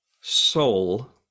soul